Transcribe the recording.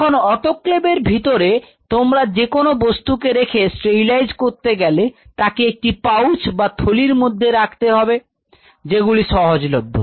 এখন অটোক্লেভ এর ভিতরে তোমরা যে কোন বস্তুকে রেখে স্টেরিলাইজ করতে গেলে তাকে একটি পাউচ বা থলির মধ্যে রাখতে হবে যে গুলি সহজলভ্য